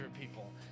people